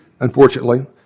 Unfortunately